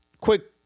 Quick